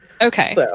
Okay